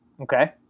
Okay